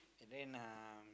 and then um